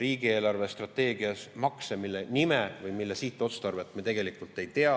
riigi eelarvestrateegias on planeeritud ette makse, mille nime või mille sihtotstarvet me tegelikult ei tea.